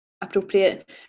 appropriate